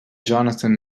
jonathan